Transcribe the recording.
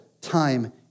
time